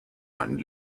man